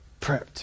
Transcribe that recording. prepped